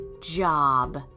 job